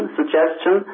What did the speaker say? suggestion